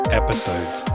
episodes